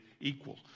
equal